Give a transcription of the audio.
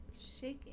Shaking